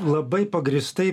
labai pagrįstai